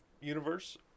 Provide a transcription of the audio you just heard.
universe